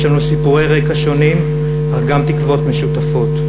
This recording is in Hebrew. יש לנו סיפורי רקע שונים, אך גם תקוות משותפות.